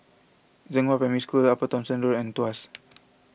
Zhenghua Primary School Upper Thomson Road and Tuas